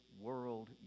world